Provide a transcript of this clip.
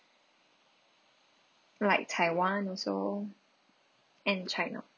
like taiwan also and china